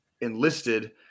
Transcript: enlisted